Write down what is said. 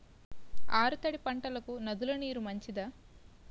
ఆరు తడి పంటలకు నదుల నీరు మంచిదా?